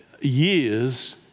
years